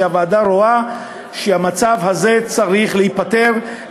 שהוועדה רואה שהמצב הזה צריך להיפתר,